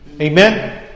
Amen